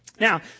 Now